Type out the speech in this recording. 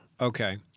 Okay